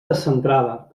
descentrada